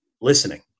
listening